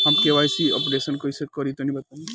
हम KYC updation कइसे करवाई तनि बताई?